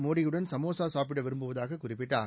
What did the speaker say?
மோடியுடன் சமோசா சாப்பிட விரும்புவதாக குறிப்பிட்டார்